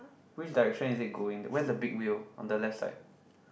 which direction is it going where the big wheel on the left side